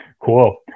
Cool